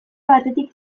batetik